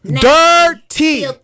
dirty